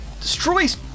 destroys